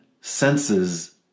senses